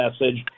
message